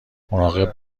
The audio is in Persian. مراقب